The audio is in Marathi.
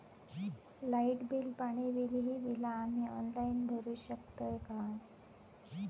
लाईट बिल, पाणी बिल, ही बिला आम्ही ऑनलाइन भरू शकतय का?